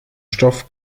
stoff